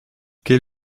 quel